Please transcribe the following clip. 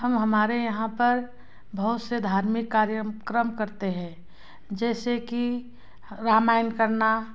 हम हमारे यहाँ पर बहुत से धार्मिक कार्यक्रम करते हैं जैसे कि रामायण करना